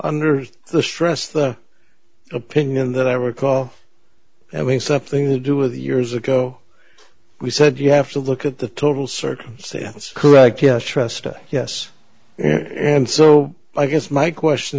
under the stress the opinion that i recall having something to do with years ago we said you have to look at the total circumstance correct yes ressa yes and so i guess my question